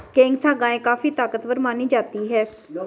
केंकथा गाय काफी ताकतवर मानी जाती है